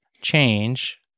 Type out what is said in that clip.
Change